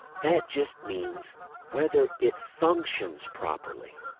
that just means whether it functions properly.